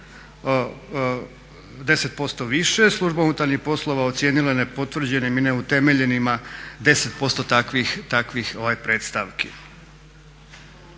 10% više. Služba unutarnjih poslova ocijenila je nepotvrđenim i neutemeljenima 10% takvih predstavki.